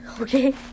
Okay